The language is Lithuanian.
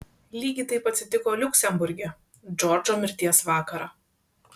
lygiai taip atsitiko liuksemburge džordžo mirties vakarą